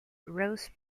rose